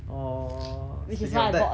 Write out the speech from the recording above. !aww! speaking of that